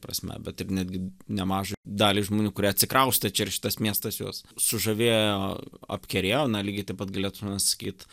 prasme bet ir netgi nemažą dalį žmonių kurie atsikraustė čia ir šitas miestas juos sužavėjo apkerėjo na lygiai taip pat galėtume sakyt